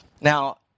Now